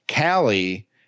Callie